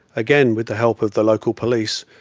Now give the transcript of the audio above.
again with the help of the local police,